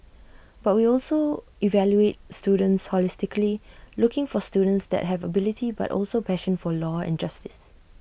but we also evaluate students holistically looking for students that have ability but also A passion for law and justice